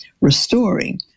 restoring